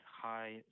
high